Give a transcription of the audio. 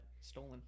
stolen